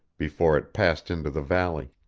before it passed into the valley.